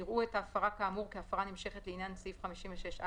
יראו לאחר התראהאת ההפרה כאמור כהפרה נמשכת לעניין סעיף 56(א),